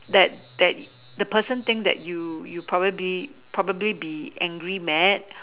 that that the person think that you you probably probably be angry mad